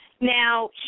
Now